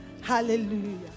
Hallelujah